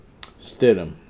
Stidham